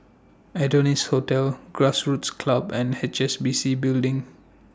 Adonis Hotel Grassroots Club and H S B C Building